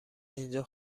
اینجا